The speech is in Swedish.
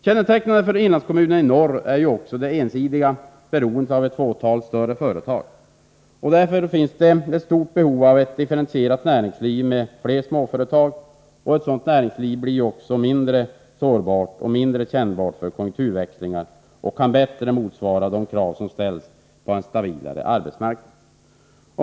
Kännetecknande för inlandskommunerna i norr är det ensidiga beroendet av ett fåtal större företag. Det finns därför ett stort behov av ett differentierat näringsliv med fler småföretag. Ett sådant näringsliv blir också mindre sårbart och kännbart för konjunkturväxlingar och kan bättre motsvara de krav som ställs på en stabilare arbetsmarknad.